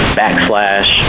backslash